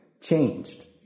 changed